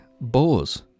Boars